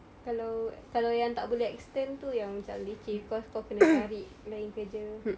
kalau kalau yang tak boleh extend tu yang macam leceh because kau kena cari lain kerja